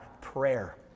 prayer